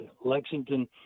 Lexington